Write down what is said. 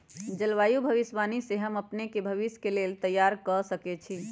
जलवायु भविष्यवाणी से हम अपने के भविष्य के लेल तइयार कऽ सकै छी